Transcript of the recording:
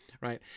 right